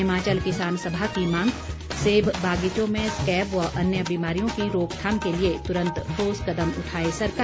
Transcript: हिमाचल किसान सभा की मांग सेब बागीचों में स्कैब व अन्य बीमारियों की रोकथाम के लिए तुरंत ठोस कदम उठाए सरकार